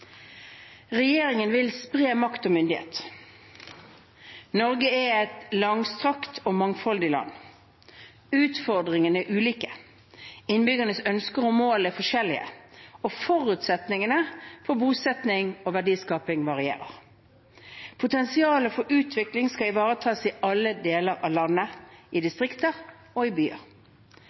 Regjeringen vil spre makt og myndighet. Norge er et langstrakt og mangfoldig land. Utfordringene er ulike, innbyggernes ønsker og mål er forskjellige, og forutsetningene for bosetting og verdiskaping varierer. Potensialet for utvikling skal ivaretas i alle deler av landet, i distrikter og i byer.